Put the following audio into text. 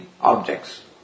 objects